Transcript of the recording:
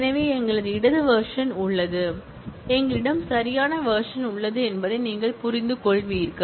எனவே எங்களிடம் இடது வெர்ஷன் உள்ளது எங்களிடம் சரியான வெர்ஷன் உள்ளது என்பதை நீங்கள் புரிந்துகொள்வீர்கள்